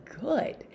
good